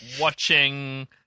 watching